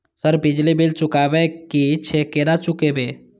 Sir बिजली bill चुकाबे की छे केना चुकेबे?